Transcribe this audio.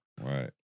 Right